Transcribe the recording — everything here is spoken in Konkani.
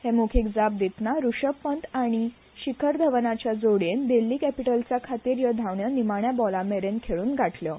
हे मोखिक जाप दितना रुषभ पंत आनी शिखर धवनाचे जोडयेन देल्ली कॅपिटल्साखातीर ह्यो धावड्यो निमाण्या बॉलामेरेन खेळ्न गाठल्यो